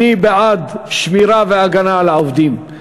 אני בעד שמירה והגנה על העובדים,